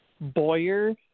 Boyer